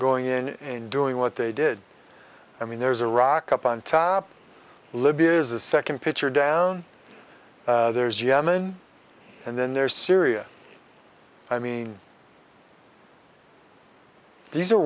going in and doing what they did i mean there's a rock up on top libby is the second pitcher down there's yemen and then there's syria i mean these are